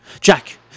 Jack